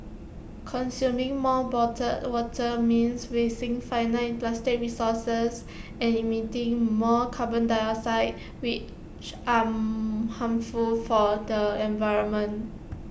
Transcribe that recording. consuming more bottled water means wasting finite plastic resources and emitting more carbon dioxide which are harmful for the environment